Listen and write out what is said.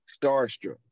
starstruck